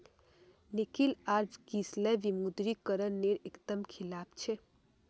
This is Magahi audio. निकिल आर किसलय विमुद्रीकरण नेर एक दम खिलाफ छे